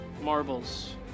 marbles